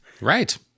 right